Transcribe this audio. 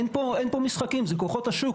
אין פה משחקים אלה כוחות השוק.